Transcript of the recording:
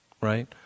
right